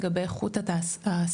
לגבי איכות ההעסקה,